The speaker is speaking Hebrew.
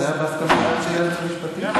זה היה בהסכמתו של היועץ המשפטי,